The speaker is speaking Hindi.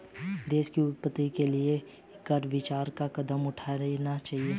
देश की उन्नति के लिए कर विचार कर कदम उठाने चाहिए